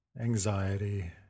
anxiety